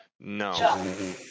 No